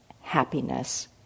happiness